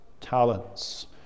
talents